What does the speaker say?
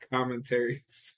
Commentaries